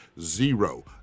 Zero